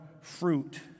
fruit